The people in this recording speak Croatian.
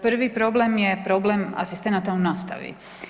Prvi problem je problem asistenata u nastavi.